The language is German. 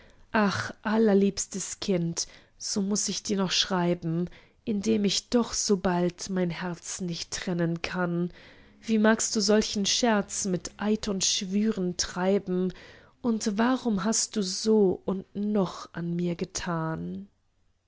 ach allerliebstes kind so muß ich dir noch schreiben indem ich doch sobald mein herz nicht trennen kann wie magst du solchen scherz mit eid und schwüren treiben und warum hast du so und noch an mir getan